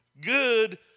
Good